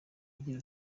agira